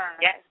Yes